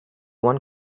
one